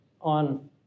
on